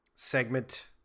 Segment